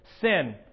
sin